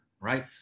right